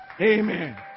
Amen